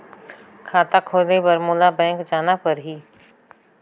खाता खोले बर मोला बैंक जाना परही?